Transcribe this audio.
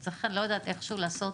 צריך איכשהו לעשות